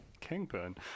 kingpin